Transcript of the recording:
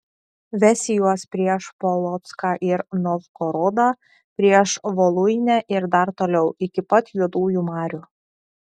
vesi juos prieš polocką ir novgorodą prieš voluinę ir dar toliau iki pat juodųjų marių